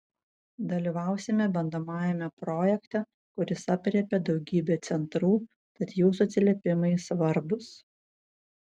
dalyvausime bandomajame projekte kuris aprėpia daugybę centrų tad jūsų atsiliepimai svarbūs